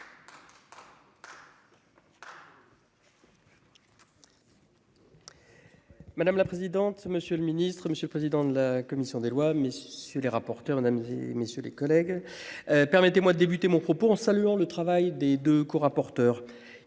Madame la présidente, monsieur le ministre, monsieur le président de la commission des lois, mais sur les rapporteurs mesdames et messieurs les collègues. Permettez-moi de débuter mon propos en saluant le travail des deux corapporteurs